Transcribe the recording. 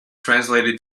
translated